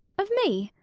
of me?